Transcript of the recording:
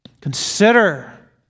Consider